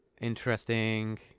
interesting